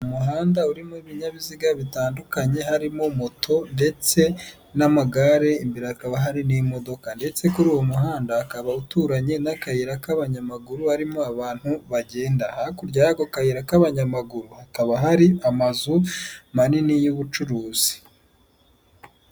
Umuhanda urimo ibinyabiziga bitandukanye harimo moto ndetse n'amagare imbere hakaba hari n'imodoka, ndetse kuri uwo muhanda hakaba uturanye n'akayira k'abanyamaguru harimo abantu bagenda, hakurya y'ako kayira k'abanyamaguru hakaba hari amazu manini y'ubucuruzi.